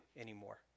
anymore